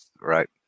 Right